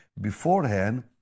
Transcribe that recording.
beforehand